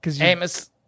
Amos